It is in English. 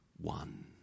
one